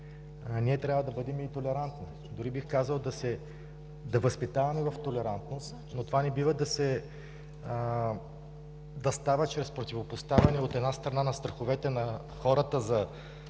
ние трябва да бъдем и толерантни, дори, бих казал, да възпитаваме в толерантност. Но това не бива да става чрез противопоставяне, от една страна, на страховете на хората за